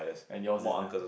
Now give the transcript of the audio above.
and yours is the